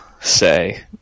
say